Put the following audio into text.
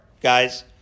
Guys